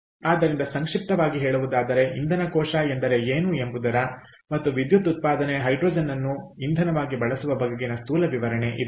ಆದ್ದರಿಂದ ಸಂಕ್ಷಿಪ್ತವಾಗಿ ಹೇಳುವುದಾದರೆ ಇಂಧನ ಕೋಶ ಎಂದರೆ ಏನು ಎಂಬುದರ ಮತ್ತು ವಿದ್ಯುತ್ ಉತ್ಪಾದನೆಗೆ ಹೈಡ್ರೋಜನ್ ಅನ್ನು ಇಂಧನವಾಗಿ ಬಳಸುವ ಬಗೆಗಿನ ಸ್ಥೂಲ ವಿವರಣೆ ಇದಾಗಿದೆ